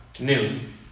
Noon